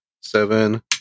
Seven